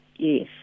Yes